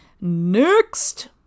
Next